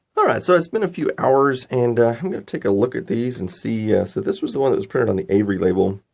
all right, so it's been a few hours and i'm going to take a look at these and see. so this is the one that was printed on the avery label.